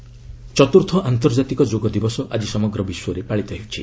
ଯୋଗ day ଚତ୍ରର୍ଥ ଆନ୍ତର୍ଜାତିକ ଯୋଗ ଦିବସ ଆଜି ସମଗ୍ର ବିଶ୍ୱରେ ପାଳିତ ହେଉଛି